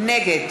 נגד